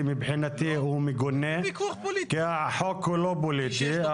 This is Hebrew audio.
מבחינתי הוא מגונה כי החוק הוא לא פוליטי.